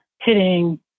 hitting